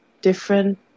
different